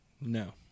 No